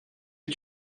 que